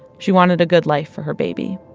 she wanted a good life for her baby